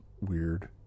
weird